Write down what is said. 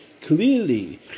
clearly